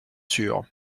sûr